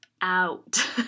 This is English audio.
out